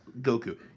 Goku